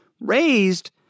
raised